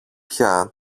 πια